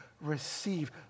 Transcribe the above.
receive